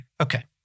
Okay